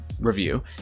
review